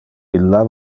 illa